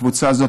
הקבוצה הזאת,